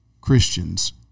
Christians